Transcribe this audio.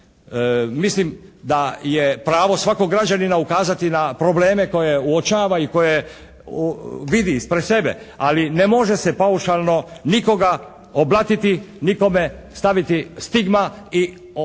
mislim da je pravo svakog građanina ukazati na probleme koje uočava i koje vidi ispred sebe ali ne može se paušalno nikoga oblatiti, nikome staviti stigma i nakon